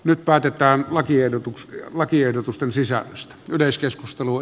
nyt päätetään lakiehdotusten sisällöstä